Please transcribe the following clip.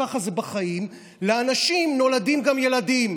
ככה זה בחיים, לאנשים נולדים גם ילדים.